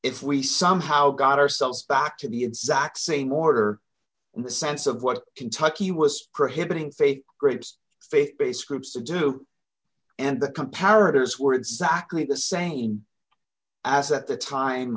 if we somehow got ourselves back to the exact same order in the sense of what kentucky was prohibiting fake grapes faith based groups to do and the comparatives were exactly the same as at the time